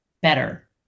better